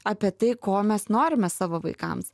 apie tai ko mes norime savo vaikams